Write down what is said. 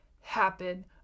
happen